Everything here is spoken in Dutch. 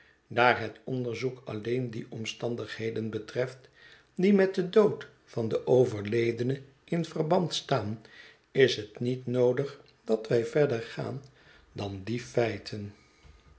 daar het onderzoek alleen die omstandigheden betreft die met den dood van den overledene in verband staan is het niet noodig dat wij verder gaan dan die feiten